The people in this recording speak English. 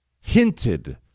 hinted